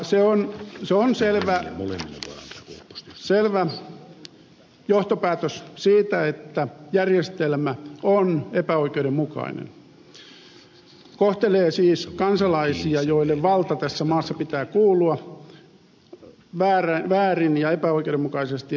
se on selvä johtopäätös että järjestelmä on epäoikeudenmukainen kohtelee siis kansalaisia joille vallan tässä maassa pitää kuulua väärin ja epäoikeudenmukaisesti eri osissa maata